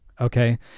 okay